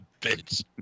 bitch